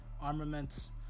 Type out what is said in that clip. armaments